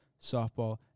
softball